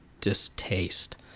distaste